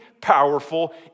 powerful